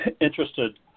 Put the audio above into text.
interested